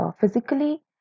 physically